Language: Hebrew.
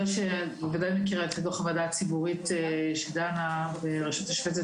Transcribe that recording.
אני בוודאי מכירה את דוח הוועדה הציבורית בראשות רשות השופטת